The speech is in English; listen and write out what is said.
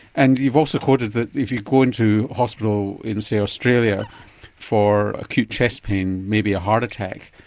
and you've also quoted that if you go into hospital in, say, australia for acute chest pain, maybe a heart attack,